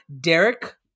Derek